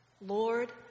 Lord